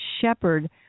shepherd